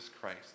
Christ